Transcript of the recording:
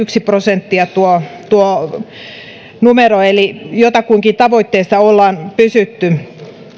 yksi prosenttia tuo tuo numero eli jotakuinkin tavoitteessa ollaan pysytty